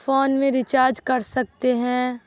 phone میں recharge کر سکتے ہیں